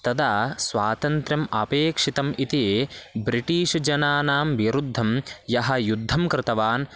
तदा स्वातन्त्र्यम् अपेक्षितम् इति ब्रिटीश् जनानां विरुद्धं यः युद्धं कृतवान्